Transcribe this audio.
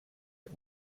der